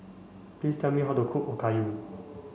please tell me how to cook Okayu